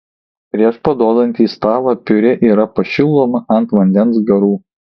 prieš paduodant į stalą piurė yra pašildoma ant vandens garų